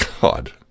God